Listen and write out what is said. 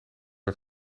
het